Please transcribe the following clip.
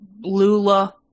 lula